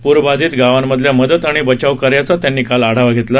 पूरबाधित गावांमधल्या मदत आणि बचाव कार्याचा त्यांनी काल आढावा घेतला